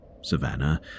Savannah